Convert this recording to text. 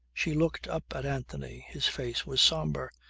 she looked up at anthony. his face was sombre.